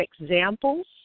examples